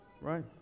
right